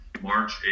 March